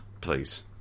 Please